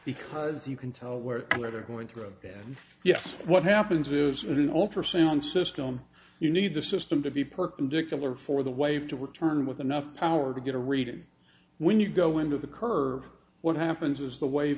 because you can tell where they're going through and yes what happens is an ultra sound system you need the system to be perpendicular for with a wave to return with enough power to get a reading when you go into the curve what happens is the wa